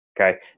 Okay